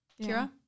Kira